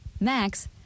max